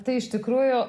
tai iš tikrųjų